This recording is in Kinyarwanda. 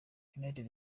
united